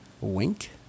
wink